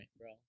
bro